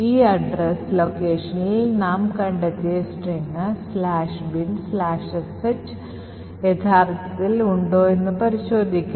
ഈ address locationൽ നാം കണ്ടെത്തിയ സ്ട്രിംഗ് "binsh" യഥാർത്ഥത്തിൽ ഉണ്ടോ എന്ന് പരിശോധിക്കാം